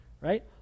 right